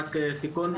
רק תיקון,